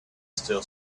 still